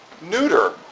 neuter